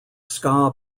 ska